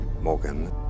morgan